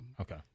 okay